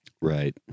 right